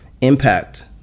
impact